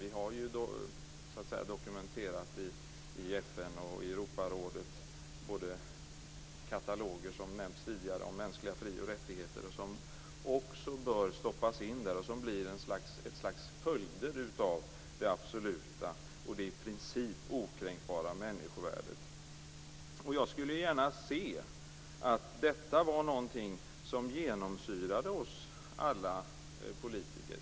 Vi har ju dokumenterat dem i FN och Europarådet. Det finns kataloger, som har nämnts tidigare, om mänskliga frioch rättigheter. De bör också stoppas in här och bli ett slags följder av det absoluta och i princip okränkbara människovärdet. Jag skulle gärna se att detta var någonting som genomsyrade alla oss politiker.